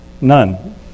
None